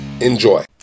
Enjoy